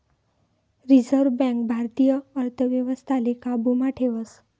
reserve bank भारतीय अर्थव्यवस्थाले काबू मा ठेवस